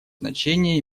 значение